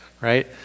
right